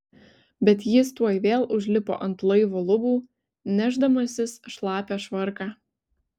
bet jis tuoj vėl užlipo ant laivo lubų nešdamasis šlapią švarką